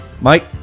Mike